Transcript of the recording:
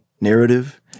narrative